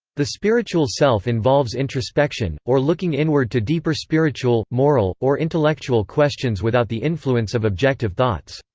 the spiritual self involves introspection, or looking inward to deeper spiritual, moral, or intellectual questions without the influence of objective thoughts.